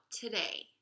today